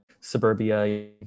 suburbia